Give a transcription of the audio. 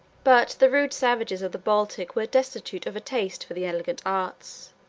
but the rude savages of the baltic were destitute of a taste for the elegant arts,